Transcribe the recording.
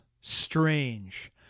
strange